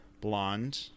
Blonde